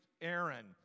Aaron